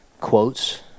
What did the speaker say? quotes